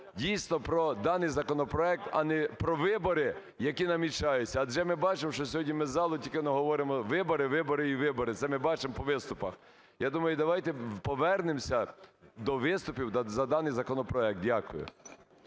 дійсно про даний законопроект, а не про вибори, які намічаються. Адже ми бачимо, що сьогодні ми з залу тільки говоримо: "Вибори, вибори і вибори". Це ми бачимо по виступах. Я думаю, давайте повернемося до виступів за даний законопроект. Дякую.